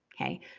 Okay